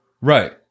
Right